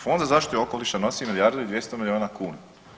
Fond za zaštitu okoliša nosi milijardu i 200 milijuna kuna.